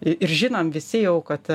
ir ir žinom visi jau kad